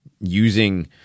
using